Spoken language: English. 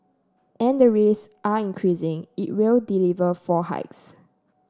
and the risks are increasing it will deliver four hikes